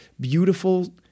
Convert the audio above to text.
beautiful